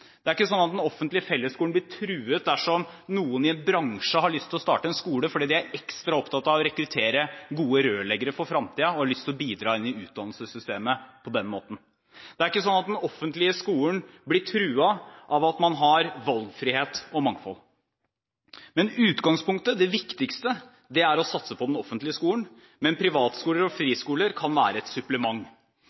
Det er ikke sånn at den offentlige fellesskolen blir truet dersom noen i en bransje har lyst til å starte en skole fordi de er ekstra opptatt av å rekruttere gode rørleggere for fremtiden og har lyst å bidra i utdanningssystemet på den måten. Det er ikke sånn at den offentlige skolen blir truet av at man har valgfrihet og mangfold. Men utgangspunktet, det viktigste, er å satse på den offentlige skolen. Men privatskoler og friskoler kan være et supplement.